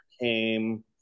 came